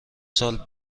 سال